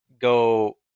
go